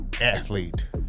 athlete